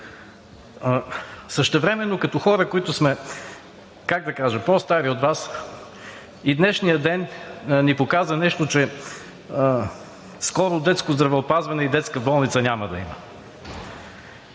Същевременно като хора, които сме – как да кажа – по-стари от Вас, днешният ден ни показа нещо – че скоро детско здравеопазване и детска болница няма да има.